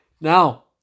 Now